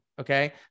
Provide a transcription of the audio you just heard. okay